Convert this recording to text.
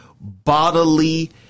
bodily